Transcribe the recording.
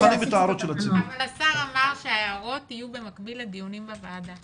השר אמר שההערות יהיו במקביל לדיונים בוועדה.